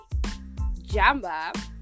Jamba